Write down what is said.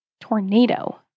tornado